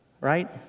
Right